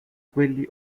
quelli